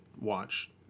watch